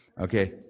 Okay